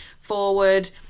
forward